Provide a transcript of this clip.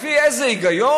לפי איזה היגיון?